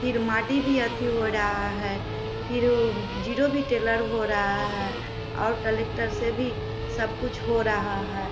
फिर माटी भी अथी हो रहा है फिर जीरो भी टेलर हो रहा है और टलेक्टर से भी सब कुछ हो रहा है